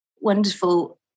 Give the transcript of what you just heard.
wonderful